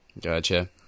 Gotcha